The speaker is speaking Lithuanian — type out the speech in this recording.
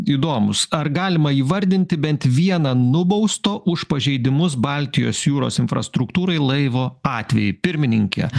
įdomus ar galima įvardinti bent vieną nubausto už pažeidimus baltijos jūros infrastruktūrai laivo atvejį pirmininke